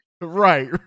right